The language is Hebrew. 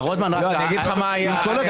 אני אגיד לך מה היה.